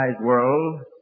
world